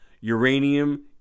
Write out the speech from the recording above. uranium